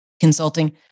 Consulting